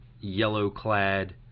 yellow-clad